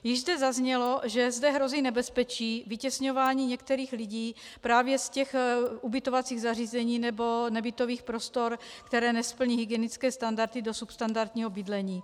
Již zde zaznělo, že zde hrozí nebezpečí vytěsňování některých lidí právě z těch ubytovacích zařízení nebo nebytových prostor, které nesplní hygienické standardy dosud standardního bydlení.